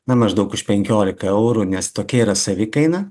na maždaug už penkioliką eurų nes tokia yra savikaina